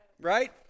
Right